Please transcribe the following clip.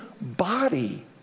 body